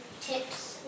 tips